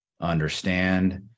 understand